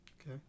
okay